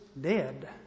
dead